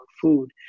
food